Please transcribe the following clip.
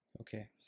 Okay